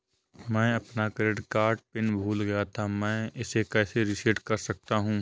मैं अपना credit card pin भूल गया था मैं इसे कैसे रीसेट कर सकता हूँ?